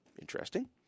Interesting